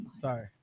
sorry